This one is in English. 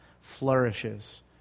flourishes